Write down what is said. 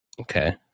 Okay